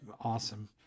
awesome